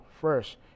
first